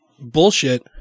bullshit